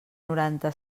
noranta